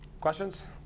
questions